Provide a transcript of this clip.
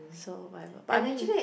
so whatever but I mean